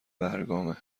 برگامه